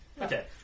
Okay